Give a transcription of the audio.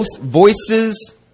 Voices